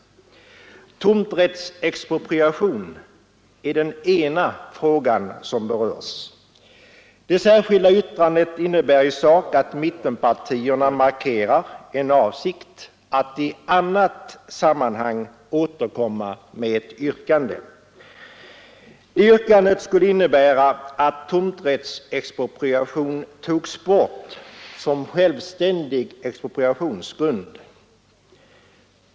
Tomträttsexpropriation är den ena frågan som berörs. Det särskilda yttrandet innebär i sak att mittenpartierna markerar en avsikt att i annat sammanhang återkomma med ett yrkande. Det yrkandet skulle innebära att tomträttsexpropriation togs bort som självständig expropriationsgrund.